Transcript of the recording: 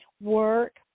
work